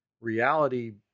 reality